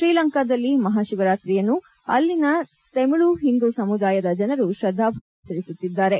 ಶ್ರೀಲಂಕಾದಲ್ಲಿ ಮಹಾಶಿವರಾತ್ರಿಯನ್ನು ಅಲ್ಲಿಯ ತಮಿಳು ಹಿಂದೂ ಸಮುದಾಯದ ಜನರು ಶ್ರದ್ದಾಭಕ್ತಿಗಳಿಂದ ಆಚರಿಸುತ್ತಿದ್ದಾರೆ